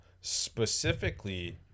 Specifically